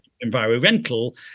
environmental